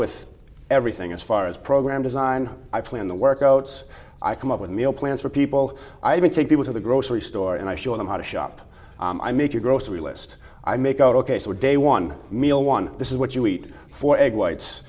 with everything as far as program design i plan the workouts i come up with meal plans for people i even take people to the grocery store and i show them how to shop i make your grocery list i make ok so day one meal one this is what you eat for egg whites